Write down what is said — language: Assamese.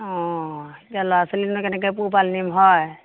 অ এতিয়া ল'ৰা ছোৱালীকনো কেনেকৈ পোহপাল দিম হয়